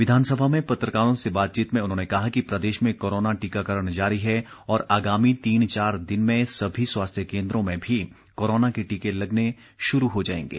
विधानसभा में पत्रकारों से बातचीत में उन्होंने कहा कि प्रदेश में कोरोना टीकाकरण जारी है और आगामी तीन चार दिन में सभी स्वास्थ्य केंद्रों में भी कोरोना के टीके लगने शुरू हो जाएंगे